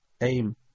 aim